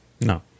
no